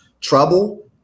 trouble